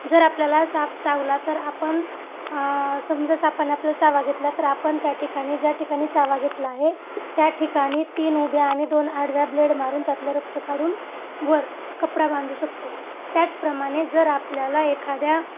जर आपल्याला साप चावला तर आपण समजा सापाने आपल्याला चावा घेतला तर आपण त्या ठिकाणी ज्या ठिकाणी चावा घेतला आहे त्या ठिकाणी तीन उभ्या आणि दोन आडव्या ब्लेड मारून त्यातलं रक्त काढून वर कपडा बांधू शकतो त्याचप्रमाणे जर आपल्याला एखाद्या